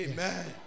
Amen